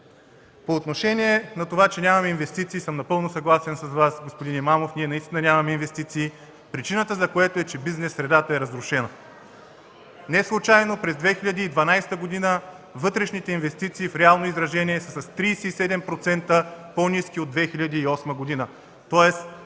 По отношение на това, че нямаме инвестиции, съм напълно съгласен с Вас, господин Имамов. Наистина нямаме инвестиции, причината за което е, че бизнес средата е разрушена.(Шум и реплики от ГЕРБ.) Неслучайно през 2012 г. вътрешните инвестиции в реално изражение са с 37% по-ниски от 2008 г.,